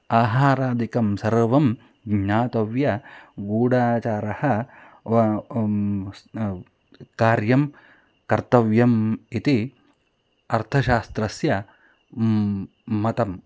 आहारादिकं सर्वं ज्ञातव्यं गूढाचारः कार्यं कर्तव्यम् इति अर्थशास्त्रस्य मतम्